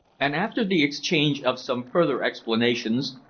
and after the exchange of some further explanations,